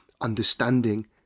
understanding